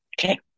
Okay